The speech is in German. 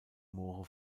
moore